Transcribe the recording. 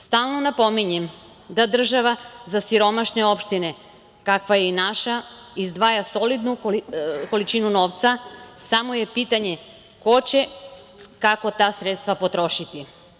Stalno napominjem da država za siromašne opštine, kakva je i naša, izdvaja solidnu količinu novca, samo je pitanje ko će i kako ta sredstva potrošiti.